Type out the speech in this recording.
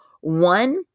One